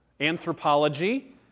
Anthropology